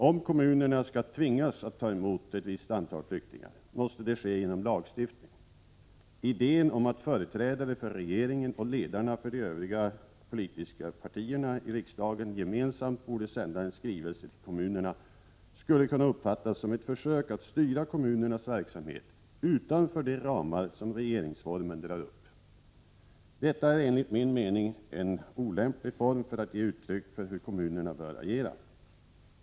Om kommunerna skall tvingas att ta emot ett visst antal flyktingar, måste det ske genom lagstiftning. Idén om att företrädare för regeringen och ledarna för de övriga politiska partierna i riksdagen gemensamt borde sända en skrivelse till kommunerna skulle kunna uppfattas som ett försök att styra kommunernas verksamhet utanför de ramar som regeringsformen drar upp. Detta är enligt min mening en olämplig form för att ge uttryck för hur kommunerna bör agera.